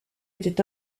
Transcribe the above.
était